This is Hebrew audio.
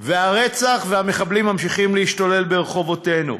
והרצח והמחבלים ממשיכים להשתולל ברחובותינו.